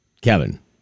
Kevin